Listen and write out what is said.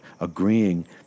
agreeing